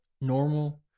normal